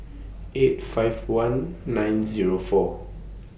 eight five one nine Zero four